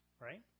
Right